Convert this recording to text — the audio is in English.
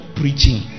preaching